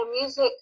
music